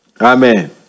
amen